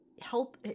help